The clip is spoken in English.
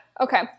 Okay